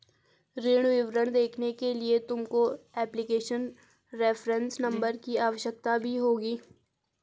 ऋण विवरण देखने के लिए तुमको एप्लीकेशन रेफरेंस नंबर की आवश्यकता भी होगी